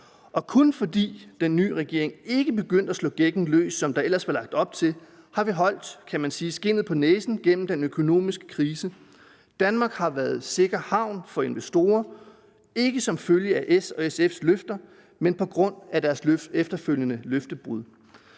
Og kun fordi den nye regering ikke begyndte at slå gækken løs, som der ellers var lagt op til, har vi holdt, kan man sige, skindet på næsen gennem den økonomiske krise. Danmark har været en sikker havn for investorer, ikke som følge af S' og SF's løfter, men på grund af deres efterfølgende løftebrud.